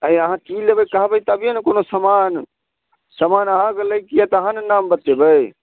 अइ अहाँ की लेबै कहबै तभिए ने कओनो समान समान अहाँक लै कऽ यऽ तऽ अहाँ ने नाम बतेबै